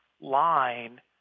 line